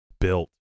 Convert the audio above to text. built